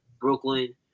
Brooklyn